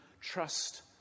trust